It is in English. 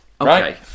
Okay